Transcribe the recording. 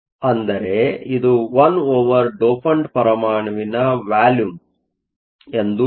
ಅಂದರೆ ಇದು 1 over dopant ಪರಮಾಣುವಿನ ವಾಲ್ಯೂಮ್ ಎಂದು ಅರ್ಥ